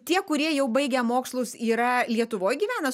tie kurie jau baigę mokslus yra lietuvoj gyvena